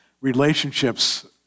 relationships